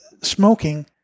smoking